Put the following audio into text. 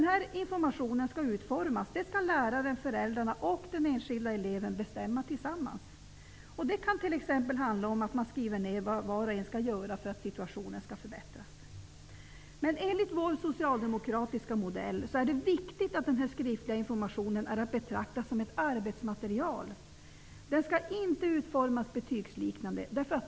Hur informationen skall utformas skall läraren, föräldrarna och eleven bestämma tillsammans. Det kan t.ex. handla om att skriva ner vad var och en skall göra för att situationen skall förbättras. Enligt vår socialdemokratiska modell är det viktigt att den skriftliga informationen är att betrakta som ett arbetsmaterial. Den skall inte utformas på ett betygsliknande sätt.